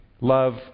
love